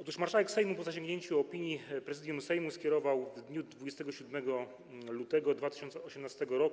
Otóż marszałek Sejmu, po zasięgnięciu opinii Prezydium Sejmu, skierował w dniu 27 lutego 2018 r.